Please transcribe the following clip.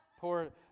Pour